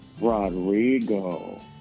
Rodrigo